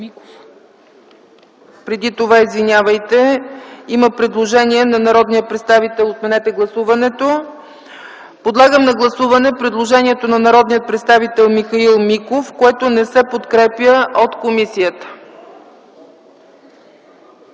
преди това, извинявайте, има предложение на народен представител. Отменете гласуването! Подлагам на гласуване предложението на народния представител Михаил Миков, което не се подкрепя от комисията.